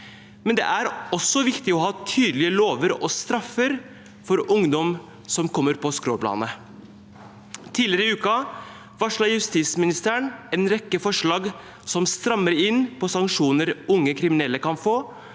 Men det er også viktig å ha tydelige lover og straffer for ungdom som kommer på skråplanet. Tidligere i uken varslet justisministeren en rekke forslag som strammer inn på sanksjoner unge kriminelle kan få,